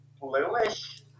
bluish